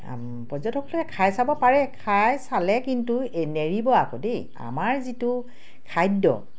পৰ্যটকসকলে খাই চাব পাৰে খাই চালে কিন্তু নেৰিব আকৌ দেই আমাৰ যিটো খাদ্য